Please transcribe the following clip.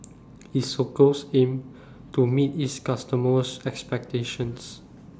isocals Aim to meet its customers' expectations